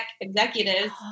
executives